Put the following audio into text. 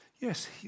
Yes